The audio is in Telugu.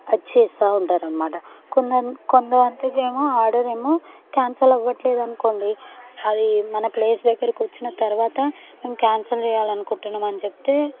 అది చేస్తా ఉంటారు అనమాట కొంద కొందామంటేనేమో ఆర్డర్ ఏమో క్యాన్సిల్ అవ్వట్లేదనుకోండి అది మన ప్లేస్ దగ్గరకు వచ్చిన తర్వాత మేము క్యాన్సిల్ చేయాలి అనుకుంటున్నాము అని చెప్తే